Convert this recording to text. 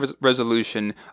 resolution